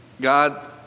God